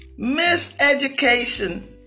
miseducation